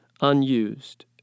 unused